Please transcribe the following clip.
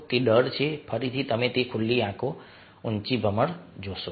તે ડર છે ફરીથી તમે તે ખુલ્લી આંખો ઉંચી ભમર જોશો